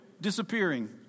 disappearing